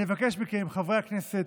אני מבקש מכם, חברי הכנסת,